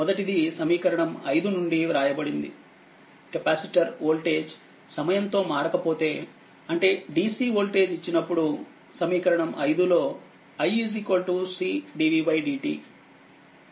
మొదటిది సమీకరణం 5 నుండి వ్రాయబడింది కెపాసిటర్వోల్టేజ్సమయంతో మారకపోతే అంటే DC వోల్టేజ్ ఇచ్చినప్పుడు సమీకరణం 5 లో i c dvdt